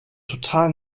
total